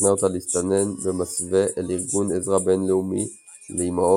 ומשכנע אותה להסתנן במסווה אל "ארגון עזרה בינלאומי לאמהות",